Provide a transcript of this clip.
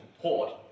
Port